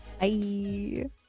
bye